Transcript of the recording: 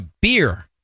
beer